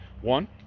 One